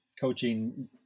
Coaching